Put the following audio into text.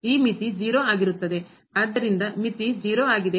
ಆದ್ದರಿಂದ ಮಿತಿ 0 ಆಗಿದೆ